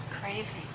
craving